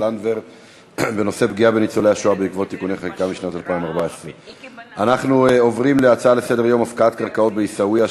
לנדבר בנושא פגיעה בניצולי השואה בעקבות תיקוני חקיקה משנת 2014. אנחנו עוברים להצעה לסדר-היום בנושא: הפקעת קרקעות בעיסאוויה,